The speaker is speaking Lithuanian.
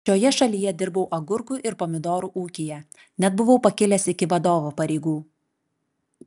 šioje šalyje dirbau agurkų ir pomidorų ūkyje net buvau pakilęs iki vadovo pareigų